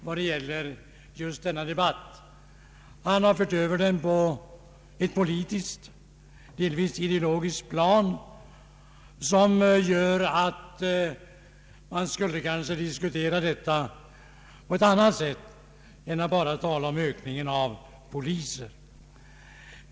Han har fört över debatten på ett politiskt, delvis ideologiskt plan, vilket gör att man kanske skulle diskutera på ett annat sätt än att bara tala om ökningen av antalet poliser.